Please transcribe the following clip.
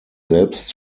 selbst